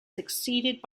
succeeded